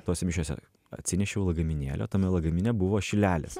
tose mišiose atsinešiau lagaminėlį o tame lagamine buvo šilelis